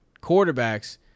quarterbacks